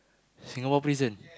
Singapore prison